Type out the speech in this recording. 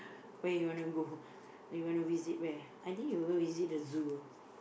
where you want to go where you want to visit where I think you go visit the zoo ah